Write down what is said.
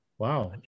Wow